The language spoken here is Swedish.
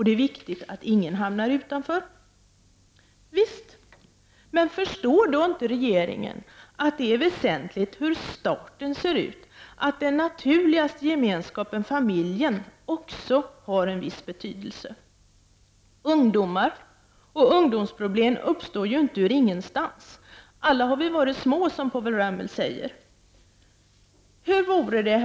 Det är viktigt att ingen hamnar utanför.” Visst, men förstår då inte regeringen att det är väsentligt hur staten ser ut, att den naturligaste gemenskapen, familjen, också har en viss betydelse? Ungdomar och ungdomsproblem uppstår ju inte ur ingenstans. Alla har vi varit små, som Povel Ramel säger. Herr talman!